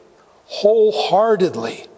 wholeheartedly